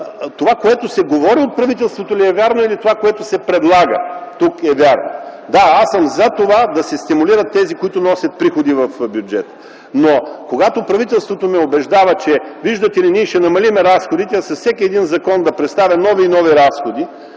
това, което се говори от правителството ли е вярно или това, което се предлага тук, е вярно? Да, аз съм за това да се стимулират тези, които носят приходи в бюджета. Когато правителството ме убеждава, че виждате ли ние ще намалим разходите, аз с всеки един закон да представя нови и нови разходи,